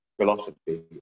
philosophy